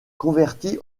convertie